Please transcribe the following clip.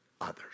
others